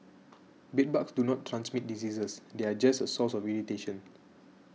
bedbugs do not transmit diseases they are just a source of irritation